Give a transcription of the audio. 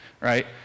right